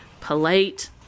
polite